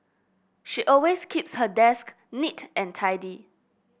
she always keeps her desk neat and tidy